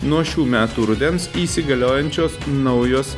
nuo šių metų rudens įsigaliojančios naujos